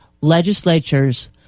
legislatures